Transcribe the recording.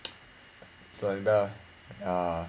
so like that ya